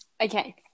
Okay